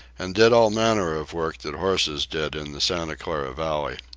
and did all manner of work that horses did in the santa clara valley.